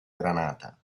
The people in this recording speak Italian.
granata